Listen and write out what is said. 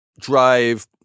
drive